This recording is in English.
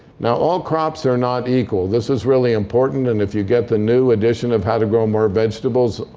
now all crops are not equal. this is really important. and if you get the new edition of how to grow more vegetables,